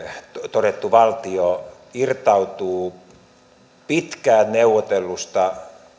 todettu valtio irtautuu pitkään neuvotellusta